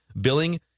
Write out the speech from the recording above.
billing